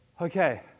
Okay